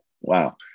wow